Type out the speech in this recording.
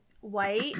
white